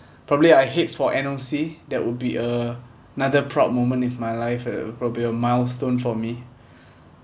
probably I head for N_O_C that would be a another proud moment in my life a probably a milestone for me